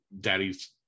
daddy's